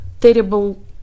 terrible